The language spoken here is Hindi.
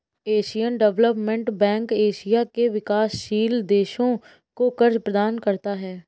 एशियन डेवलपमेंट बैंक एशिया के विकासशील देशों को कर्ज प्रदान करता है